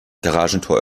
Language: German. garagentor